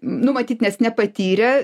nu matyt nes nepatyrę